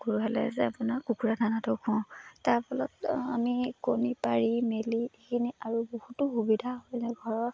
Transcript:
কুকুৰা হ'লে যে আপোনাৰ কুকুৰা দানাটো খুৱাওঁ তাৰ ফলত আমি কণী পাৰি মেলি এইখিনি আৰু বহুতো সুবিধা হয় যেনে ঘৰৰ